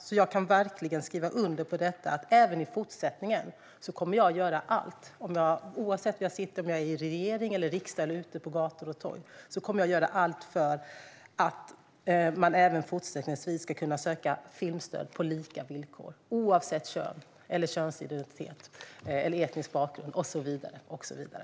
Jag kan därför verkligen skriva under på detta: Även i fortsättningen kommer jag, oavsett om jag sitter i regering eller riksdag eller är ute på gator och torg, att göra allt för att man även fortsättningsvis ska kunna söka filmstöd på lika villkor oavsett kön, könsidentitet, etnisk bakgrund och så vidare.